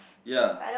ya